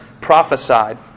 prophesied